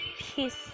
peace